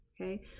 Okay